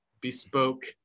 bespoke